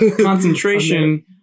Concentration